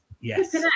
Yes